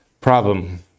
problem